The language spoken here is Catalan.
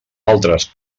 altres